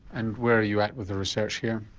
and where are you at with the research here?